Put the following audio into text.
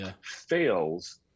fails